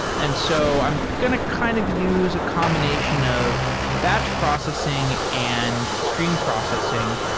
and so i'm going to kind of use a combination of batch processing and stream processing.